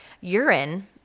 urine